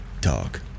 talk